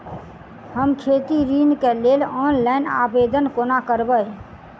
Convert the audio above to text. हम खेती ऋण केँ लेल ऑनलाइन आवेदन कोना करबै?